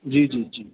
ਜੀ ਜੀ ਜੀ